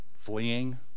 fleeing